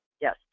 Yes